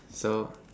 so